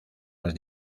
las